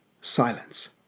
Silence